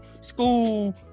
school